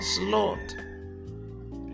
Lord